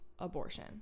abortion